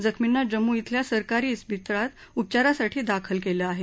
जखमींना जम्मू शिल्या सरकारी सिपतळात उपचारासाठी दाखल केलं आहे